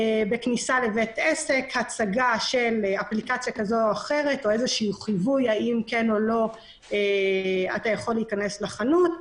למשל הצגת אפליקציה בכניסה לבית עסק או חיווי אם אתה יכול להיכנס לחנות.